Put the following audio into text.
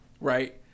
right